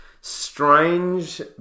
Strange